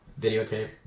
videotape